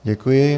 Děkuji.